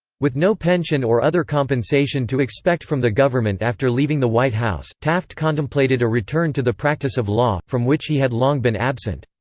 with no pension or other compensation to expect from the government after leaving the white house, taft contemplated a return to the practice of law, from which he had long been absent.